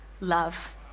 love